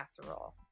casserole